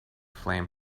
flame